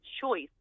choice